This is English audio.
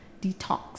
detox